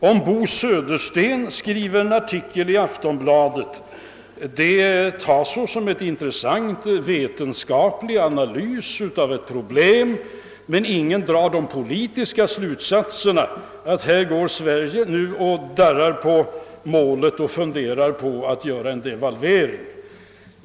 Om Bo Södersten skriver en artikel i Aftonbladet, uppfattas den som en intressant vetenskaplig analys av ett problem, men ingen drar några politiska slutsatser därav och funderar över om den svenska regeringen nu börjar darra på målet och överväger att genomföra en devalvering.